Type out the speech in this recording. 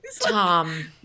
Tom